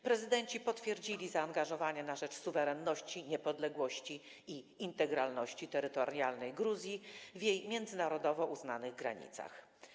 Prezydenci potwierdzili zaangażowanie na rzecz suwerenności, niepodległości i integralności terytorialnej Gruzji w jej międzynarodowo uznanych granicach.